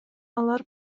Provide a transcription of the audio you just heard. алар